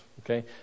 okay